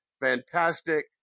fantastic